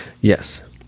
Yes